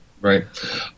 right